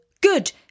Good